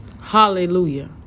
Hallelujah